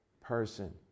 person